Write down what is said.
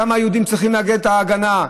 שם היהודים צריכים להגן את ההגנה,